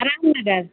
Ramnagar